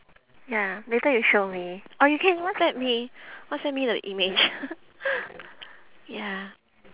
ya later you show me or you can whatsapp me whatsapp me the image ya